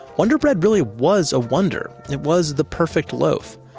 wonder bread really was a wonder. it was the perfect loaf.